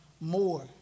more